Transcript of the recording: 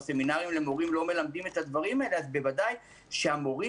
בסמינרים למורים לא מלמדים את הדברים האלה אז בוודאי שהמורים